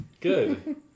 Good